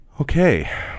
Okay